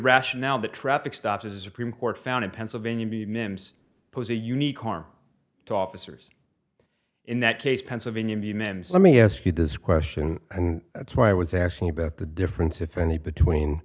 rationale the traffic stops as supreme court found in pennsylvania the mims pose a unique harm to officers in that case pennsylvania the mens let me ask you this question and that's why i was actually a bit the difference if any between